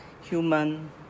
human